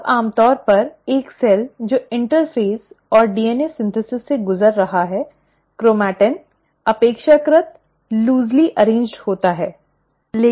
अब आम तौर पर एक सेल जो इंटरफेज़ और डीएनए संश्लेषण से गुजर रहा है क्रोमैटिन अपेक्षाकृत शिथिल रूप से व्यवस्थित है